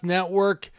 Network